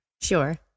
Sure